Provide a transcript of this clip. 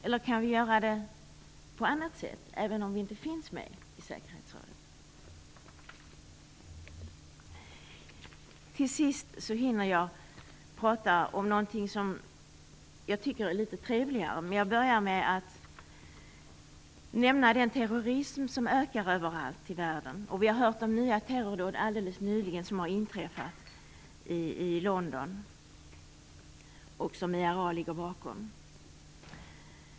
Eller kan vi göra det på annat sätt, även som Sverige inte finns med i säkerhetsrådet? Till sist hinner jag tala om något som jag tycker är litet trevligare. Jag börjar med att nämna den terrorism som ökar överallt i världen. Vi har alldeles nyligen hört om nya terrordåd som har inträffat i London och som IRA ligger bakom.